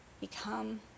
become